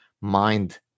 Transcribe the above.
mind